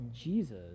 Jesus